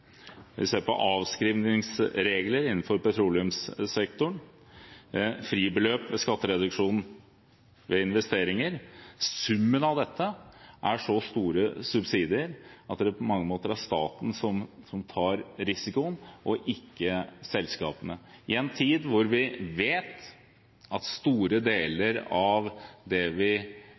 avskrivningsregler innenfor petroleumssektoren, fribeløp eller skattereduksjon ved investeringer – er summen av dette så store subsidier at det på mange måter er staten som tar risikoen og ikke selskapene. I en tid hvor vi vet at for store deler av